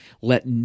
let